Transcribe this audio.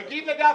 תגיד לגפני.